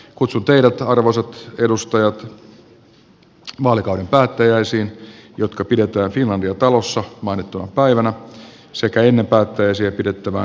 kutsun teidät arvoisat edustajat vaalikauden päättäjäisiin jotka pidetään finlandia talossa mainittuna päivänä sekä ennen päättäjäisiä pidettävään valtiopäiväjumalanpalvelukseen